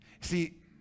See